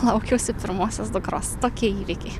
laukiausi pirmosios dukros tokie įvykiai